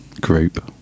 Group